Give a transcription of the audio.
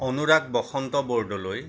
Anurag Basanta Bordoloi